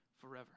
forever